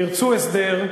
ירצו הסדר,